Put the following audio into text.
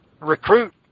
recruit